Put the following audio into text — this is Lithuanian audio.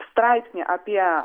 straipsnį apie